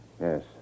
Yes